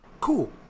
Cool